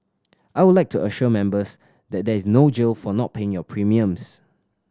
I would like to assure members that there is no jail for not paying your premiums